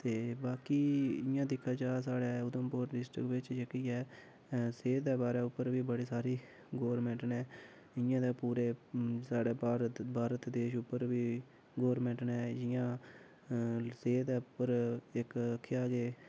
ते बाकी इ'यां दिक्खा जा साढ़े उधमपुर डिस्ट्रिक्ट बिच जेह्की ऐ सेह्त दे बारै उप्पर च बी बड़ी सारी गौरमेंट ने इ'यां ते पूरे साढ़े भारत भारत देश उप्पर बी गौरमेंट ने इ'यां अऽसेह्त उप्पर इक केह् आखदे